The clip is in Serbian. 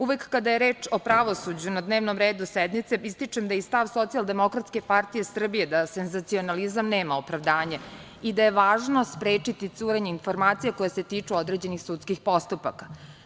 Uvek kada je reč o pravosuđu na dnevnom redu sednice, ističem da je i stav Socijaldemokratske partije Srbije da senzacionalizam nema opravdanje i da je važno sprečiti curenje informacija koje se tiču određenih sudskih postupaka.